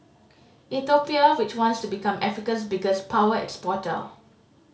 Ethiopia which wants to become Africa's biggest power exporter